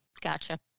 Gotcha